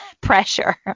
pressure